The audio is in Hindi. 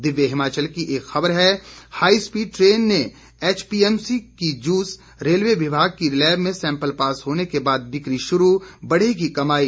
दिव्य हिमाचल की एक ख़बर है हाई स्पीड ट्रेन में एचपीएमसी की जूस रेलवे विभाग की लैब में सैम्पल पास होने के बाद बिक्री शुरू बढ़ेगी कमाई